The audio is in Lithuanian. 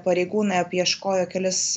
pareigūnai apieškojo kelis